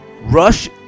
rush